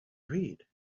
read